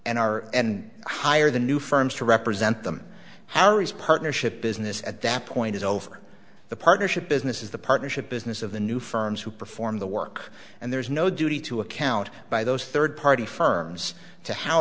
and r and hire the new firms to represent them however as partnership business at that point is over the partnership business is the partnership business of the new firms who perform the work and there is no duty to account by those third party firms to how